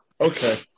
Okay